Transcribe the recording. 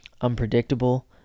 unpredictable